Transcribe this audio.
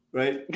right